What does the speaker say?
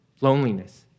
loneliness